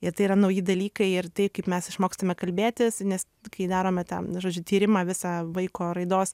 ir tai yra nauji dalykai ir tai kaip mes išmokstame kalbėtis nes kai darome ten žodžiu tyrimą visą vaiko raidos